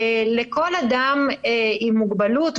לכל אדם עם מוגבלות,